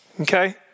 okay